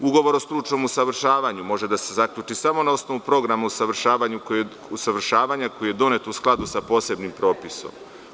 Ugovor o stručnom usavršavanju može da se zaključi samo na osnovu programa o usavršavanju koji je donet u skladu sa posebnim propisom.